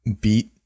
beat